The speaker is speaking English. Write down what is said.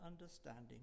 understanding